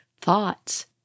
thoughts